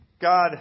God